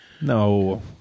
No